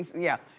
yeah.